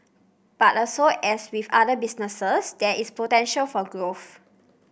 but also as with other businesses there is potential for growth